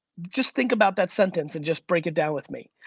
just think about that sentence and just break it down with me.